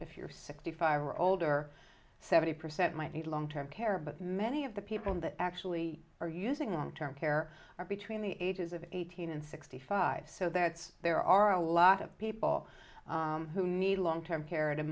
if you're sixty five or older seventy percent might need long term care but many of the people that actually are using long term care are between the ages of eighteen and sixty five so that's there are a lot of people who need long term care